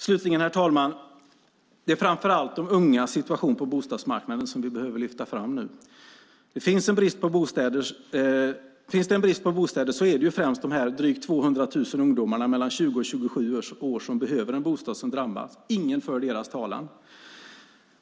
Slutligen, herr talman, är det framför allt de ungas situation på bostadsmarknaden som vi behöver lyfta fram. Finns det en brist på bostäder är det främst de drygt 200 000 ungdomar mellan 20 och 27 år som behöver en bostad som drabbas. Ingen för deras talan.